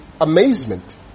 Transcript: amazement